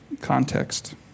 context